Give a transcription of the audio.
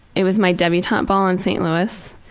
it was my debutante ball in st. louis,